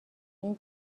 این